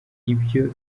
ibyo